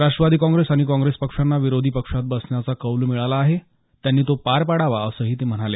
राष्ट्रवादी काँग्रेस आणि काँग्रेस पक्षांना विरोधी पक्षात बसण्याचा कौल मिळाला आहे त्यांनी तो पार पाडावा असंही ते म्हणाले